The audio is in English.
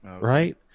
Right